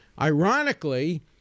Ironically